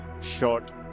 short